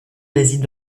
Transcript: réside